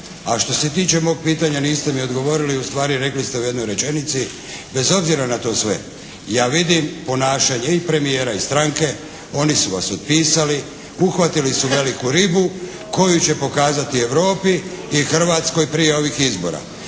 A što se tiče mog pitanja niste mi odgovorili, ustvari rekli ste u jednoj rečenici bez obzira na to sve ja vidim ponašanje i premijera i stranke oni su vas otpisali, uhvatili su veliku ribu koju će pokazati Europi i Hrvatskoj prije ovih izbora.